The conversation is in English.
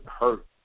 hurt